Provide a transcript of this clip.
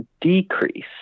decrease